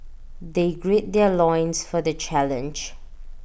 they gird their loins for the challenge